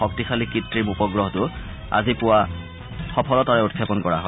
শক্তিশালী কৃত্ৰিম উপগ্ৰহটো আজি পুৱা সফলতাৰে উৎক্ষেপণ কৰা হয়